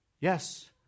Yes